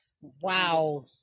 wow